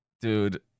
Dude